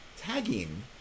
tagging